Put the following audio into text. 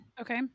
Okay